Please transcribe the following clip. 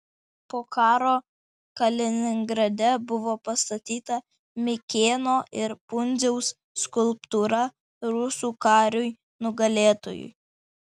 po karo kaliningrade buvo pastatyta mikėno ir pundziaus skulptūra rusų kariui nugalėtojui